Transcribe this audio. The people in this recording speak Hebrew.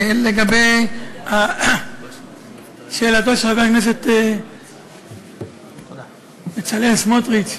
לגבי שאלתו של חבר הכנסת בצלאל סמוטריץ,